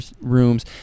rooms